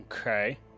Okay